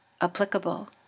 applicable